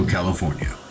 California